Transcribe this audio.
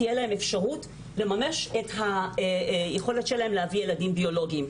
תהיה להם אפשרות לממש את היכולת להביא ילדים ביולוגיים.